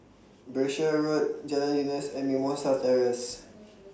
Berkshire Road Jalan Eunos and Mimosa Terrace